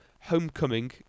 homecoming